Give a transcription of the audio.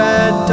Red